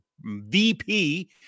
VP